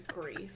grief